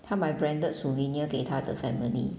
她买 branded souvenir 给她的 family